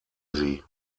sie